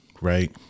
right